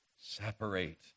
Separate